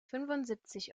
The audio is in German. fünfundsiebzig